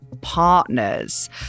partners